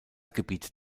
gebiet